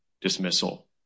dismissal